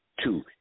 two